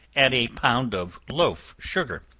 add a pound of loaf-sugar